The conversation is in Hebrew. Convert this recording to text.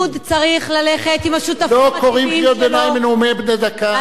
לא קוראים קריאות ביניים בנאומים בני דקה.